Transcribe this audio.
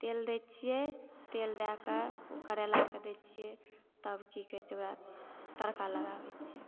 तेल दैत छियै तेल दयकऽ करैलाकऽ दैत छियै तब की कहय छै ओकरा तड़का लगाबैत छियै